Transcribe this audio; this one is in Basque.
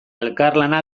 elkarlana